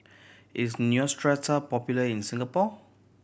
is Neostrata popular in Singapore